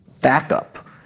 backup